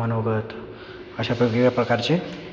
मनोगत अशा वेगवेगळ्या प्रकारचे